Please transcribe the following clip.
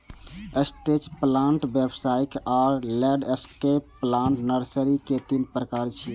stretch plant, व्यावसायिक आ landscape plant nursery के तीन प्रकार छियै